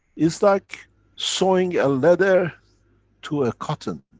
it's like sewing ah leather to a cotton.